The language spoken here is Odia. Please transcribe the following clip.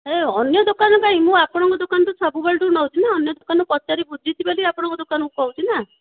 ଆରେ ଅନ୍ୟ ଦୋକାନ କାହିଁକି ମୁଁ ଆପଣଙ୍କ ଦୋକାନରୁ ସବୁବେଳେରୁ ନେଉଛି ନା ଅନ୍ୟ ଦୋକାନରୁ ପଚାରି ବୁଝିଛି ବୋଲି ଆପଣଙ୍କ ଦୋକାନକୁ କହୁଛି ନା